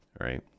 right